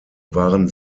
waren